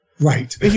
Right